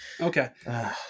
Okay